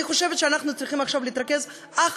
אני חושבת שאנחנו צריכים להתרכז עכשיו אך